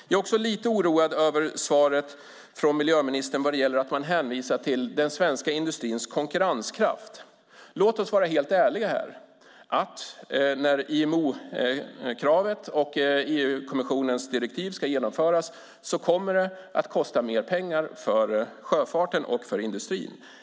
Jag är också lite oroad över miljöministerns svar när hon hänvisar till den svenska industrins konkurrenskraft. Låt oss vara helt ärliga. Att IMO-kravet och EU-kommissionens direktiv ska genomföras innebär att det kommer att kosta mer för sjöfarten och industrin.